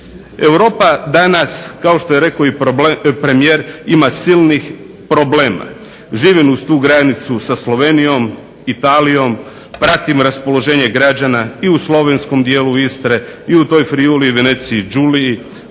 Europa danas kao što je rekao premijer ima silnih problema, živimo uz tu granicu sa Slovenijom, Italijom, pratim raspoloženje građana i u Slovenskom dijelu Istre i u toj Veneziji, Giuliji,